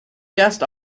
just